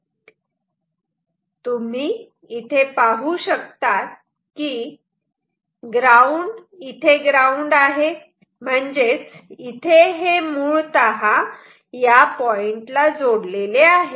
इथे तुम्ही पाहू शकतात की हे ग्राउंड आहे म्हणजेच इथे हे मूळतः या पॉइंटला जोडलेले आहे